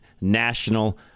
national